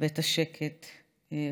ואת השקט חזרה.